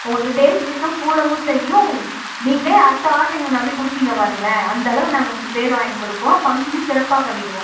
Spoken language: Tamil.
உங்களுக்கு டேஸ்ட் இன்னும் கூடவும் செய்யும் நீங்களே அடுத்த ஆட்ரு எங்களை நம்பி கொடுப்பீங்க பாருங்களேன் அந்தளவு நாங்கள் உங்களுக்கு பேர் வாங்கி கொடுப்போம் ஃபங்க்ஷனையும் சிறப்பாக பண்ணிவிடுவோம்